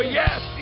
yes